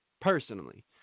personally